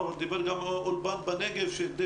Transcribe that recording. ברור לנו שיש